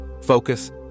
focus